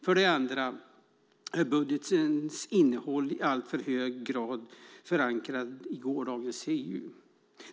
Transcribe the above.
För det andra är budgetens innehåll i alltför hög grad förankrat i gårdagens EU.